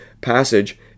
passage